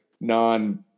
non